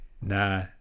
Nah